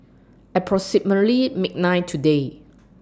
approximately midnight today